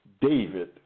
David